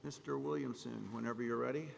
mr williamson whenever you're ready